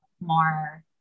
more